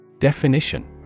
Definition